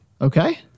Okay